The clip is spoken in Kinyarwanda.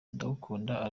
ndagukunda